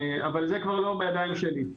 אבל, זה כבר לא בידיים שלי.